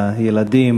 לילדים,